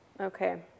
okay